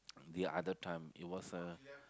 the other time it was uh